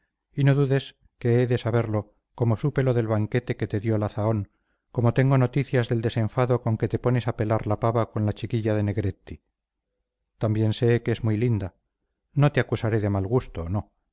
y no dudes que he de saberlo como supe lo del banquete que te dio la zahón como tengo noticias del desenfado con que te pones a pelar la pava con la chiquilla de negretti también sé que es muy linda no te acusaré de mal gusto no